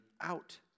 out